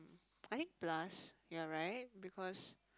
I think plus you're right because